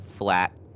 flat